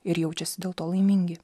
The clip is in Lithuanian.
ir jaučiasi dėl to laimingi